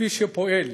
כמי שפועל